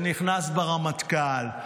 ונכנס ברמטכ"ל,